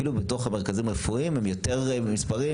אפילו בתוך המרכזים הרפואיים הם יותר במספרים.